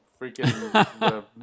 freaking